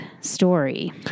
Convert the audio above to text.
story